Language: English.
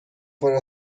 for